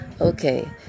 Okay